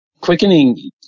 quickening